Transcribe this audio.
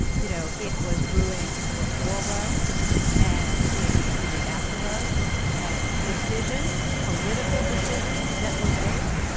you know it was brewing before roe and it continued after roe and decisions, political decisions that were made